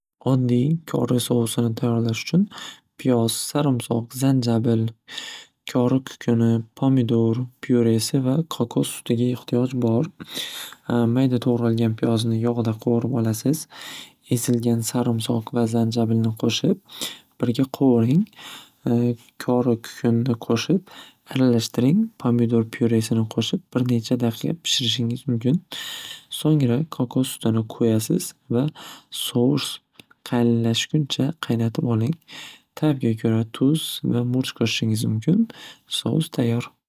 Oddiy sousini tayyorlash uchun piyoz, sarimsoq, zanjabl kori kukuni, pomidor pyuresi va kokos sutiga ehtiyoj bor. Mayda to'g'ralgan piyozni yog'da qo'vurib olasiz. Ezilgan sarimsoq va zanjablni qo'shib, birga qo'vuring. Kori kukunini qo'shib aralashtiring! Pomidor pyuresini qo'shib, bir necha daqiqa pishirishingiz mumkin. So'ngra kokos sutini qo'yasiz va sous qalinlashguncha qaynatib oling. Tabga ko'ra tuz va murch qo'shishingiz mumkin. Sous tayyor.